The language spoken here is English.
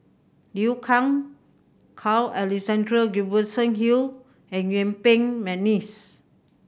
Liu Kang Carl Alexander Gibson Hill and Yuen Peng McNeice